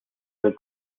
del